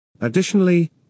Additionally